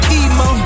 emo